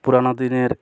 পুরানো দিনের